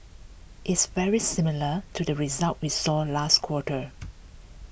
it's very similar to the results we saw last quarter